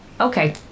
okay